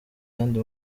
yandi